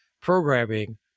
programming